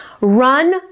run